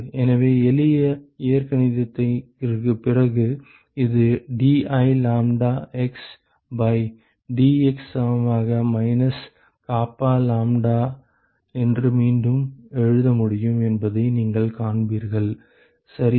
எனவே எளிய இயற்கணிதத்திற்குப் பிறகு இது dI lambda x by dx சமமாக மைனஸ் கப்பா லாம்ப்டா என்று மீண்டும் எழுத முடியும் என்பதை நீங்கள் காண்பீர்கள் சரியா